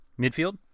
midfield